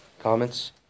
Comments